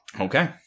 Okay